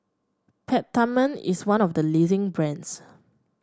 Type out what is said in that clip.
Peptamen is one of the leading brands